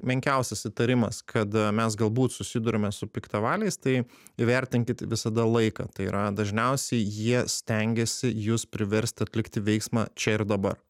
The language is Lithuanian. menkiausias įtarimas kad mes galbūt susiduriame su piktavaliais tai įvertinkit visada laiką tai yra dažniausiai jie stengiasi jus priverst atlikti veiksmą čia ir dabar